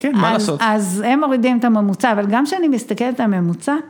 -כן, מה לעשות. -אז הם מורידים את הממוצע, אבל גם כשאני מסתכלת על הממוצע...